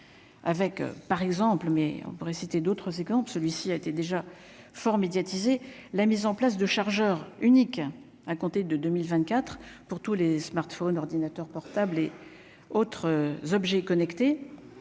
Avec, par exemple, mais on pourrait citer d'autres exemples, celui-ci a été déjà fort médiatisée, la mise en place de chargeur unique à compter de 2024 pour tous les smartphones, ordinateurs portables et autres objets connectés,